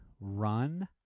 run